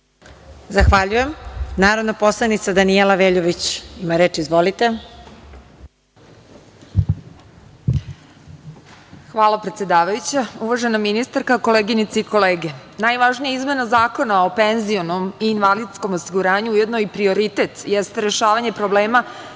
Zahvaljujem. Reč ima narodna poslanica Danijela Veljović. Izvolite. **Danijela Veljović** Hvala predsedavajuća. Uvažena ministarka, koleginice i kolege, najvažnija izmena Zakona o penzionom i invalidskom osiguranju, ujedno i prioritet, jeste rešavanje problema